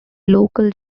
local